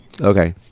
Okay